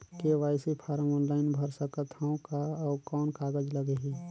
KYC form online भर सकत हवं का? अउ कौन कागज लगही?